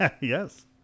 Yes